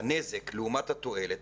והנזק לעומת התועלת,